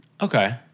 Okay